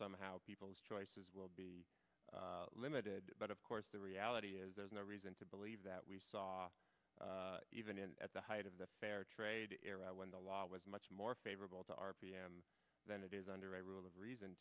somehow people's choices will be limited but of course the reality is there's no reason to believe that we saw even at the height of the fairtrade era when the law was much more favorable to our pm than it is under a rule of reason